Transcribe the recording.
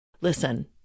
Listen